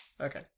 Okay